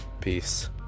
Peace